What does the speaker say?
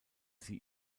sie